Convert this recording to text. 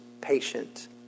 patient